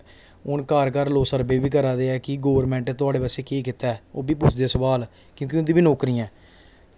हून घर घर लोग सर्वे बी करा दे ऐ कि गौरमेंट थुआढ़े बास्तै केह् कीता ऐ ओह् बी पुछदे सोआल क्योंकि उं'दी बी नौकरियां ऐं